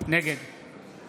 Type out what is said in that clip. נגד